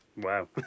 Wow